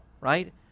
right